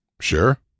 Sure